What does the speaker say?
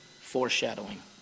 foreshadowing